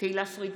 תהלה פרידמן,